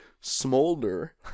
smolder